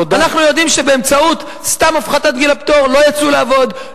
אנחנו יודעים שבאמצעות סתם הפחתת גיל הפטור לא יצאו לעבוד,